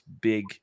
big